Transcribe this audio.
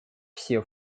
все